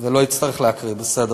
ולא אצטרך להקריא, בסדר?